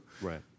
Right